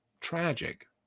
tragic